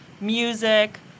music